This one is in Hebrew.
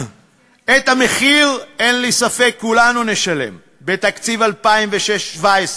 את המחיר, אין לי ספק, כולנו נשלם בתקציב 2017,